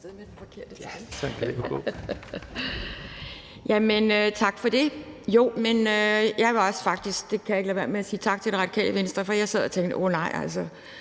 Tak for det.